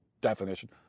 definition